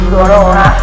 Corona